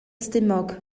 stumog